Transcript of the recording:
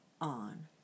on